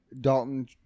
Dalton